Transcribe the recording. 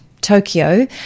Tokyo